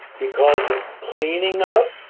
he calls it cleaning up,